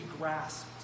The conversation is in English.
grasped